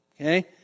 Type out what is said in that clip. okay